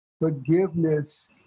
forgiveness